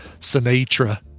Sinatra